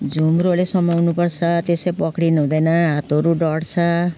झुम्रोले समाउनु पर्छ त्यसै पक्रिनु हुँदैन हातहरू डढ्छ